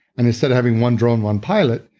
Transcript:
and instead having one drone one pilot,